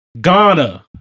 Ghana